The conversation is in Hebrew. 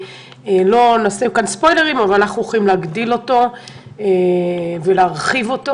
ולא נעשה כאן ספוילרים אבל אנחנו הולכים להגדיל אותו ולהרחיב אותו